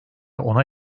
ona